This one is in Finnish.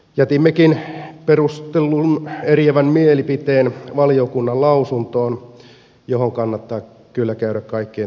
jätimmekin valiokunnan lausuntoon perustellun eriävän mielipiteen johon kannattaa kyllä käydä kaikkien tutustumassa